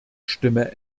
stimme